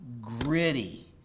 gritty